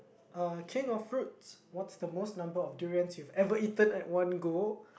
uh king of fruits what's the most number of durians you've ever eaten at one go